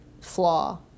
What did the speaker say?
flaw